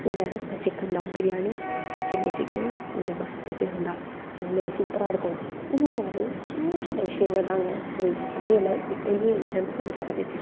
கூட இந்த சிக்கன் தம் பிரியாணி இந்த சில்லி சிக்கன் இந்த பஃப் இது இருந்தால் எவ்வளோ சூப்பராயிருக்கும் இந்த மாதிரி சின்ன சின்ன விஷயங்க தாங்க ஒரு சமையல்ல எப்பவுமே என்ஹான்ஸ் பண்ணி தரது